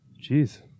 Jeez